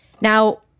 Now